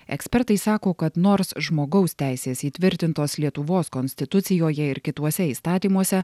ekspertai sako kad nors žmogaus teisės įtvirtintos lietuvos konstitucijoje ir kituose įstatymuose